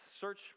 search